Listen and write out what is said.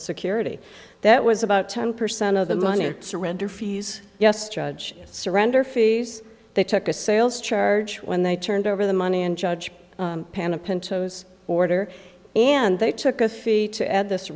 security that was about ten percent of the money surrender fees yes judge surrender fees they took a sales charge when they turned over the money in judge panel pintos order and they took a fee to add this